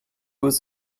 was